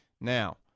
Now